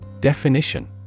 Definition